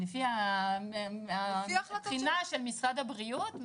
לפי הבחינה של משרד הבריאות,